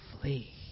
flee